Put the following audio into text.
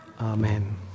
Amen